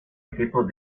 equipos